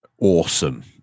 awesome